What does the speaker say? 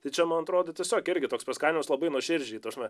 tai čia man atrodo tiesiog irgi toks paskatinimas labai nuoširdžiai ta prasme